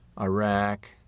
Iraq